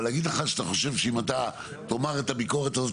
אבל להגיד לך שאם אתה חושב שאם אתה תאמר את הביקורת הזאת